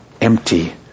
empty